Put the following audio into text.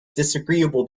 disagreeable